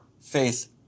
faith